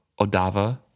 Odava